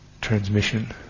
transmission